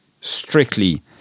strictly